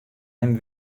him